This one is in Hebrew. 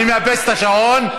אני מאפס את השעון.